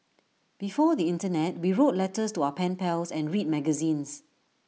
before the Internet we wrote letters to our pen pals and read magazines